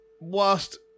whilst